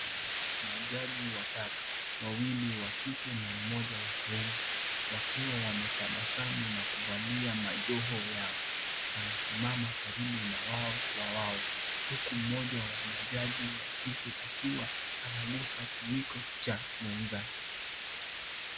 Majaji watatu wawili wa kike na mmoja wa kiume. Wakiwa wametabasamu na kuvalia majoho yao. Wanasimama karibu na wao kwa wao. Huku mmoja wa majaji wa kike akiwa anagusa kiwiko cha mwenzake.